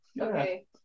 okay